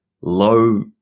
low